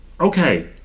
okay